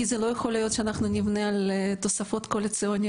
כי לא יכול להיות שאנחנו נבנה על תוספות קואליציוניות,